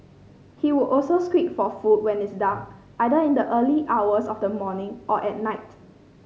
he would also squeak for food when it's dark either in the early hours of the morning or at night